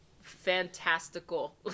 fantastical